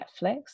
Netflix